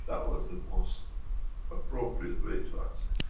that was the most appropriate way to answer.